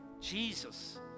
Jesus